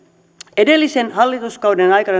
edellisen hallituskauden aikana